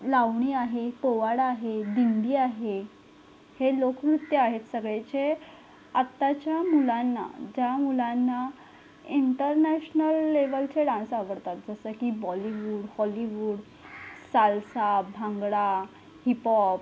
लावणी आहे पोवाडा आहे दिंडी आहे हे लोकनृत्य आहेत सगळे जे आताच्या मुलांना ज्या मुलांना इंटरनॅशनल लेवलचे डांस आवडतात जसं की Bollywood Hollywood salsa bhangra hip pop